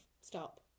Stop